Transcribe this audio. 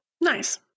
Nice